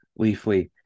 Leafly